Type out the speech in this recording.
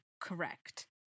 correct